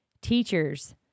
Teachers